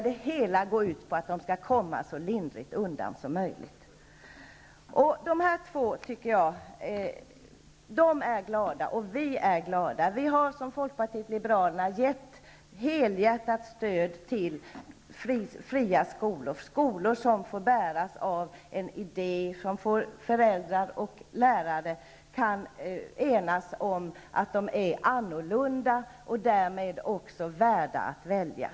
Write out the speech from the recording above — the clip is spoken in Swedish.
Det hela går ut på att kommunerna skall komma så lindrigt undan som möjligt. Dessa två personer är glada, och vi folkpartister är glada. Vi från Folkpartiet liberalerna har gett vårt helhjärtade stöd till fria skolor, dvs. skolor som bärs upp av en idé och som föräldrar och lärare kan enas om är annorlunda och därmed värda att väljas.